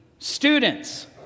Students